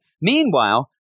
Meanwhile